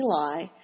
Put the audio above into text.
Eli